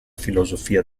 filosofia